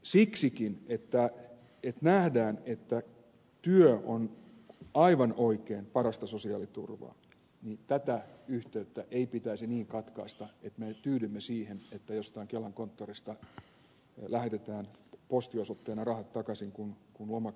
siksikin että nähdään että työ on aivan oikein parasta sosiaaliturvaa tätä yhteyttä ei pitäisi niin katkaista että tyytyisimme siihen että jostain kelan konttorista lähetetään postiosoitteena rahat takaisin kun lomake on tullut perille